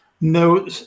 No